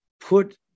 put